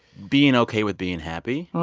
being ok with being happy.